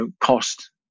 cost